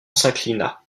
s’inclina